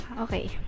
okay